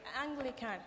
Anglican